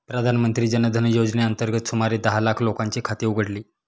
प्रधानमंत्री जन धन योजनेअंतर्गत सुमारे दहा लाख लोकांची खाती उघडली